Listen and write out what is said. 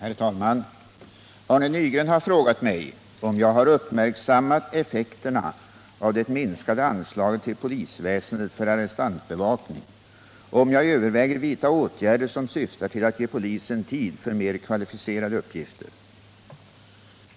Herr talman! Arne Nygren har frågat mig om jag har uppmärksammat effekterna av minskningen av anslaget till polisväsendet för arrestbevakning och om jag överväger vidta åtgärder som syftar till att ge polisen tid för mer kvalificerade uppgifter.